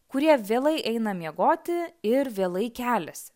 kurie vėlai eina miegoti ir vėlai keliasi